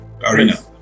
arena